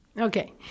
Okay